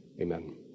Amen